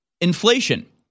inflation